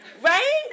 Right